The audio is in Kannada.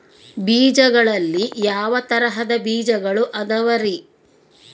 ಬೇಜಗಳಲ್ಲಿ ಯಾವ ತರಹದ ಬೇಜಗಳು ಅದವರಿ?